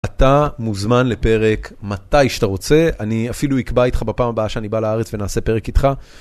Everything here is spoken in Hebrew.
אתה מוזמן לפרק מתי שאתה רוצה, אני אפילו אקבע איתך בפעם הבאה שאני בא לארץ ונעשה פרק איתך.